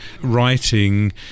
writing